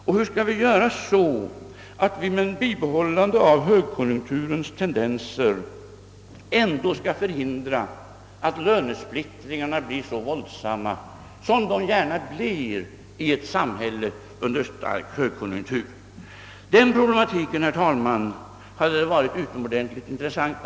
Och hur skall vi göra för att med bibehållande av högkonjunkturens tendenser ändå kunna förhindra att lönesplittringarna blir alltför våldsamma? Det hade varit mycket intressant, herr talman, att ta upp dessa problem.